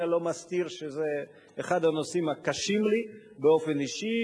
אני לא מסתיר שזה אחד הנושאים הקשים לי באופן אישי,